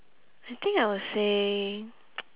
I think I will say